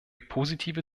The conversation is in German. positive